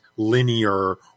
linear